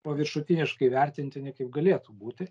paviršutiniškai vertintini kaip galėtų būti